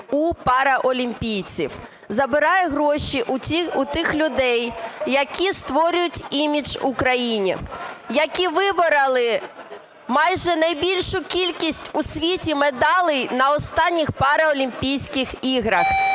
у паралімпійців. Забирає гроші у тих людей, які створюють імідж Україні, які вибороли майже найбільшу кількість у світі медалей на останніх паралімпійських іграх.